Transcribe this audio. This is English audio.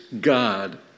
God